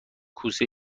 کوسه